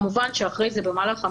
כמובן שאחרי זה, במהלך המרתון,